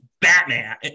Batman